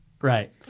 Right